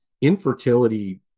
infertility